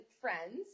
friends